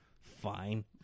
fine